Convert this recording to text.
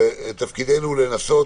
שתפקידנו לנסות